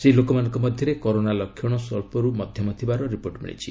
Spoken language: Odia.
ସେହି ଲୋକମାନଙ୍କ ମଧ୍ୟରେ କରୋନା ଲକ୍ଷଣ ସ୍ୱଚ୍ଚରୁ ମଧ୍ୟମ ଥିବାର ରିପୋର୍ଟ ମିଳିଛି